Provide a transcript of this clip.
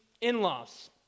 in-laws